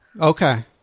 Okay